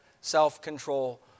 Self-control